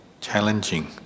challenging